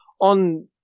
on